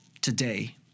today